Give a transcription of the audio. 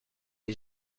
est